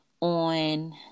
on